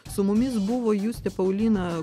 su mumis buvo justė paulina